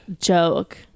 joke